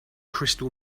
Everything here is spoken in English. crystal